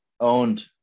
owned